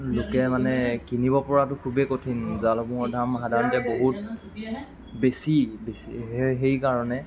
লোকে মানে কিনিব পৰাটো খুবেই কঠিন জালসমূহৰ দাম সাধাৰণতে বহুত বেছি বেছি সেই সেইকাৰণে